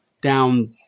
down